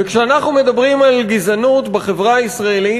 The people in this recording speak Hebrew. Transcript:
כשאנחנו מדברים על גזענות בחברה הישראלית,